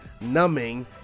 numbing